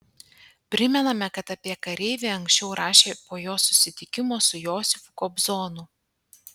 primename kad apie kareivį anksčiau rašė po jo susitikimo su josifu kobzonu